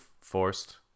forced